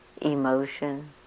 emotion